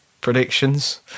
predictions